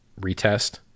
retest